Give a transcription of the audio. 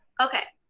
okay,